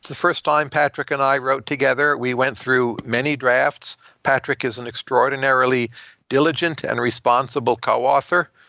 first time patrick and i wrote together, we went through many drafts. patrick is an extraordinarily diligent and responsible co-author.